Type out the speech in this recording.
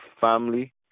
family